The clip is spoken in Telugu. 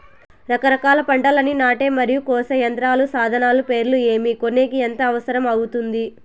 రకరకాల పంటలని నాటే మరియు కోసే యంత్రాలు, సాధనాలు పేర్లు ఏమి, కొనేకి ఎంత అవసరం అవుతుంది?